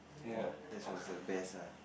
!wah! that was the best ah